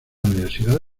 universidad